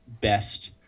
best